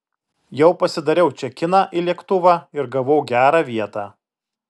jau pasidariau čekiną į lėktuvą ir gavau gerą vietą